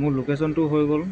মোৰ লোকেশ্যনটো হৈ গ'ল